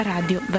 Radio